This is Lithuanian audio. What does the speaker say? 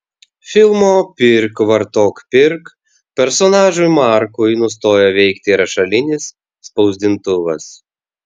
filmo pirk vartok pirk personažui markui nustojo veikti rašalinis spausdintuvas